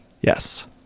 Yes